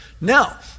Now